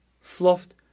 fluffed